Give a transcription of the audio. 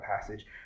passage